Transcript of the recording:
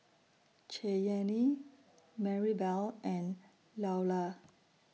Cheyanne Marybelle and Loula